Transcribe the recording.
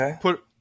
put